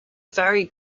very